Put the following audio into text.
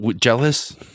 jealous